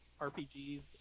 RPGs